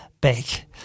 back